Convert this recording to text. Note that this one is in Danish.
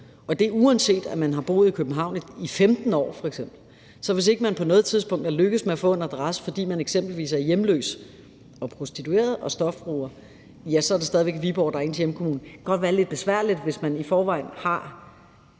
og det er, uanset at man f.eks. har boet i København i 15 år. Så hvis ikke man på noget tidspunkt er lykkedes med at få en adresse, fordi man eksempelvis er hjemløs, prostitueret og stofbruger, ja, så er det stadig væk Viborg Kommune, der er ens hjemkommune. Det kan godt være lidt besværligt, hvis man i forvejen har